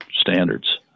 standards